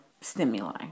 stimuli